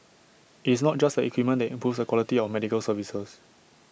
it's not just the equipment that improves the quality of medical services